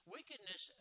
Wickedness